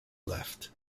left